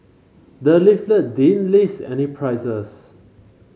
the leaflet didn't list any prices